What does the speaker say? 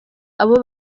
abo